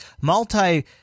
multi